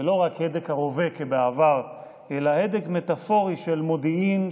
ולא רק הדק הרובה כבעבר אלא הדק מטפורי של מודיעין,